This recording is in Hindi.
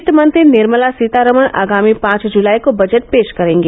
वित्तमंत्री निर्मला सीतारमण आगामी पांच जुलाई को बजट पेश करेंगी